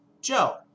Joe